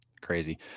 crazy